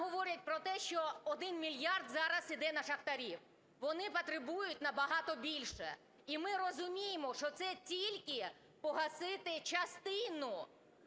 нам говорять про те, що один мільярд зараз іде на шахтарів. Вони потребують набагато більше. І ми розуміємо, що це тільки погасити частину